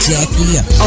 Jackie